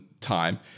Time